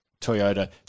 Toyota